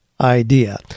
idea